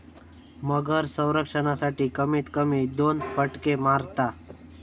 मगर संरक्षणासाठी, कमीत कमी दोन फटके मारता